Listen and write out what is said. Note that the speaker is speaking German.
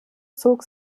zog